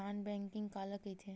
Non banking काला कइथे?